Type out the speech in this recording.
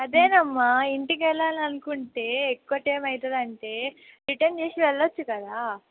అదేనమ్మా ఇంటికెళ్ళాలనుకుంటే ఎక్కువ టైం అవుతుందంటే రిటర్న్ చేసి వెళ్ళచ్చు కదా